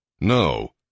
No